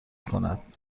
کند